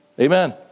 Amen